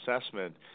assessment